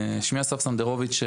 שמי אסף סנדרוביץ',